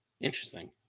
Interesting